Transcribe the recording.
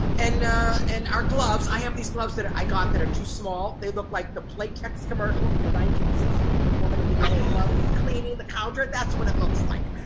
and and our gloves. i have these gloves that i got that are too small. they look like the playtex commercial from the nineteen sixty s with the woman in the yellow glove cleaning the counter, that's what it looks like.